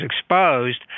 exposed